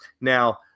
Now